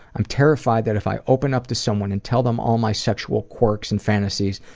i'm terrified that if i open up to someone and tell them all my sexual quirks and fantasies,